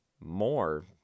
more